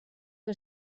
que